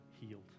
healed